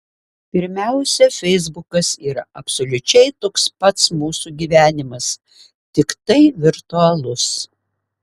pirmiausia feisbukas yra absoliučiai toks pats mūsų gyvenimas tiktai virtualus